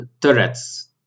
turrets